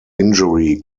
injury